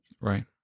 Right